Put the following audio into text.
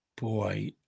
Boy